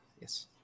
Yes